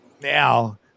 now